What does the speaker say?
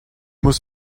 muss